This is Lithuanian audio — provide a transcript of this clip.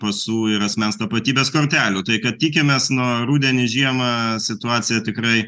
pasų ir asmens tapatybės kortelių tai kad tikimės nu rudenį žiemą situacija tikrai